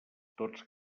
tots